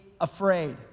afraid